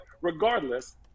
regardless